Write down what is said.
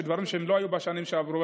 דברים שלא היו בשנים שעברו,